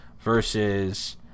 versus